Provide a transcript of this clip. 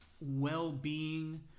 well-being